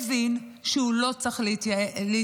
מבין שהוא לא צריך להתייצב,